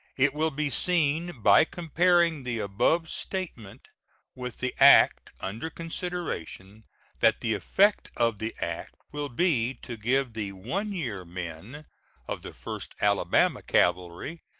it will be seen by comparing the above statement with the act under consideration that the effect of the act will be to give the one-year men of the first alabama cavalry,